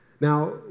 Now